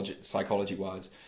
psychology-wise